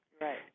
Right